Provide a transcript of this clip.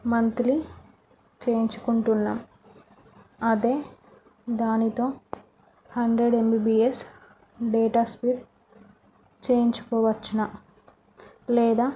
monthly చేయించుకుంటున్నాను అదే దానితో హండ్రెడ్ ఎంబీబీఎస్ డేటా స్పీడ్ చేయించుకోవచ్చా లేదా